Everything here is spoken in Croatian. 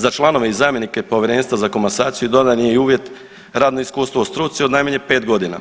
Za članove i zamjenike povjerenstva za komasaciju dodan je i uvjet radno iskustvo u struci od najmanje 5 godina,